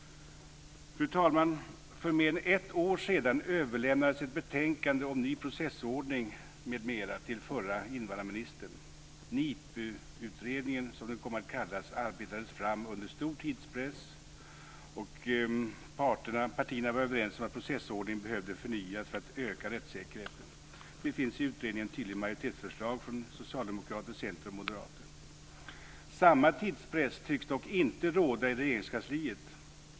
Fru talman! För mer än ett år sedan överlämnades ett betänkande om ny processordning m.m. till förra invandrarministern. NIPU-utredningen, som den kom att kallas, arbetades fram under stor tidspress, och partierna var överens om att processordningen behövde förnyas för att rättssäkerheten skulle öka. Det finns i utredningen ett tydligt majoritetsförslag från Samma tidspress tycks dock inte råda i Regeringskansliet.